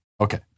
Okay